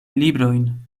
librojn